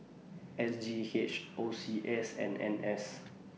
S G H O C S and N S